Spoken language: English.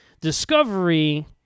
Discovery